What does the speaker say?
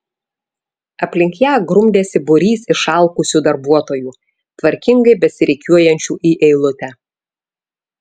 aplink ją grumdėsi būrys išalkusių darbuotojų tvarkingai besirikiuojančių į eilutę